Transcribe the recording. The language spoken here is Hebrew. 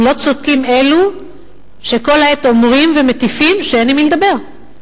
אם לא צודקים אלו שכל העת אומרים ומטיפים שאין עם מי לדבר.